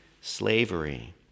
slavery